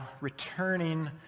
returning